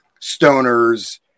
stoners